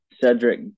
Cedric